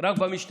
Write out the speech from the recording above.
רק על המשטרה,